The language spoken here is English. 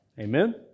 Amen